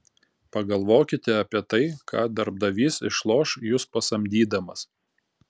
pagalvokite apie tai ką darbdavys išloš jus pasamdydamas